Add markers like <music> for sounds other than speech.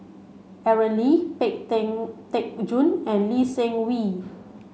Aaron Lee Pang <unintelligible> Teck Joon and Lee Seng Wee